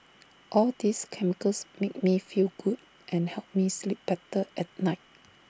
all these chemicals make me feel good and help me sleep better at night